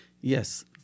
Yes